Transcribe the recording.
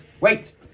Wait